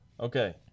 Okay